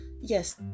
yes